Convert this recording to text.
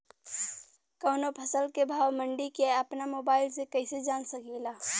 कवनो फसल के भाव मंडी के अपना मोबाइल से कइसे जान सकीला?